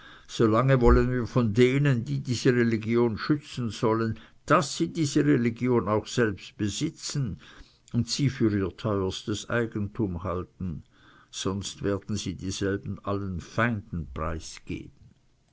lange wollen wir von denen die diese religion schützen sollen daß sie diese religion auch selbst besitzen und sie für ihr teuerstes eigentum halten sonst werden sie dieselbe allen feinden